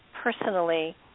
personally